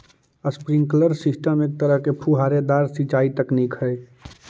sprinkler system एक तरह के फुहारेदार सिंचाई तकनीक हइ